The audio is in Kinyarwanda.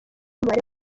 umubare